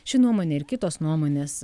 ši nuomonė ir kitos nuomonės